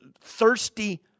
thirsty